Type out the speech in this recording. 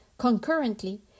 Concurrently